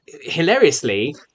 Hilariously